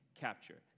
capture